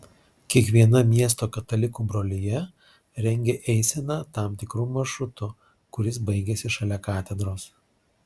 kiekviena miesto katalikų brolija rengia eiseną tam tikru maršrutu kuris baigiasi šalia katedros